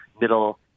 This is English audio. middle